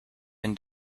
been